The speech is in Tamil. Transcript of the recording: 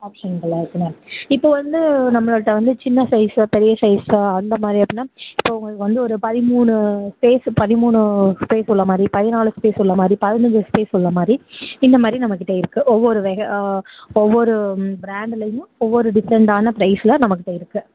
ஆப்ஷன்களெலாம் இருக்குது மேம் இப்போது வந்து நம்மகிட்ட வந்து சின்ன சைஸு பெரிய சைஸாக அந்த மாதிரி அப்படின்னா இப்போது உங்களுக்கு வந்து ஒரு பதிமூணு ஸ்பேஸு பதிமூணு ஸ்பேஸ் உள்ள மாதிரி பதினாலு ஸ்பேஸ் உள்ள மாதிரி பதினைஞ்சி ஸ்பேஸ் உள்ள மாதிரி இந்த மாதிரி நம்மக்கிட்டே இருக்குது ஒவ்வொரு வகை ஒவ்வொரு பிராண்ட்டுலேயும் ஒவ்வொரு டிஃப்ரெண்டான பிரைஸ்சில் நம்மக்கிட்டே இருக்குது